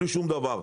בלי שום דבר,